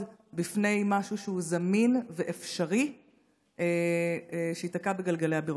בפני משהו שהוא זמין ואפשרי שייתקע בגלגלי הביורוקרטיה?